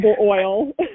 oil